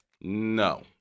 No